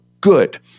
good